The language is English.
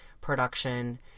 production